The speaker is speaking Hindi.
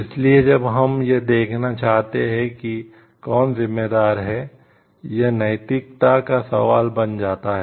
इसलिए जब हम यह देखना चाहते हैं कि कौन जिम्मेदार है यह नैतिकता का सवाल बन जाता है